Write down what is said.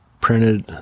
printed